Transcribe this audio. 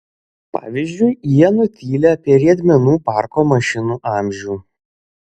pavyzdžiui jie nutyli apie riedmenų parko mašinų amžių